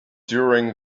during